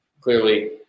clearly